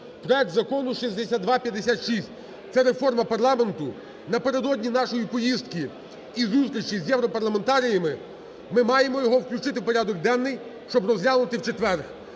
проект Закону 6256, це реформа парламенту. Напередодні нашої поїздки і зустрічі з європарламентаріями ми маємо його включити у порядок денний, щоб розглянути у четвер.